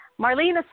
Marlene